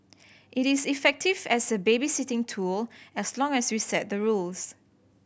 it is effective as a babysitting tool as long as we set the rules